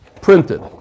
Printed